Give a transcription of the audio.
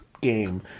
game